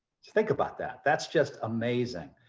think about that, that's just amazing.